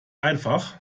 einfach